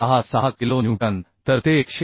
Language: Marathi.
66 किलो न्यूटन तर ते 101